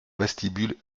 vestibule